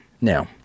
Now